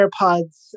AirPods